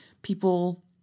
People